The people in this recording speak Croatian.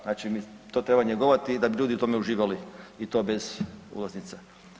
Znači to treba njegovati da bi ljudi u tome uživali i to bez ulaznica.